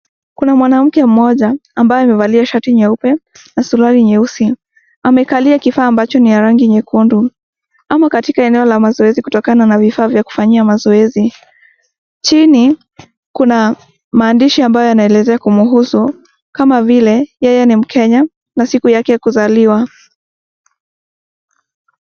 Kuna mwanamke mmoja ambaye amevalia shati nyeupe na suruali nyeusi. Amekalia kifaa ambacho ni cha rangi nyekundu ama katika eneo la mazoezi kulingana .Chini kuna maandishi ambayo yanaelezea kumhusu kama vile yeye ni Mkenya na siku yake ya kuzaliwa.